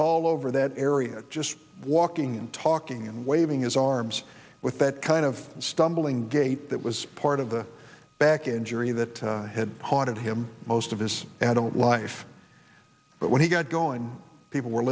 all over that area just walking and talking and waving his arms with that kind of stumbling gait that was part of the back injury that had haunted him most of his adult life but when he got going people were